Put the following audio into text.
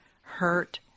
hurt